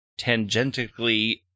tangentially